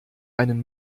einen